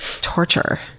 torture